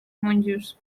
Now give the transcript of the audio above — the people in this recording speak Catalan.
monjos